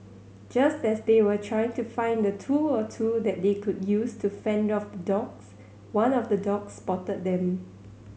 just as they were trying to find a tool or two that they could use to fend off the dogs one of the dogs spotted them